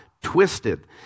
twisted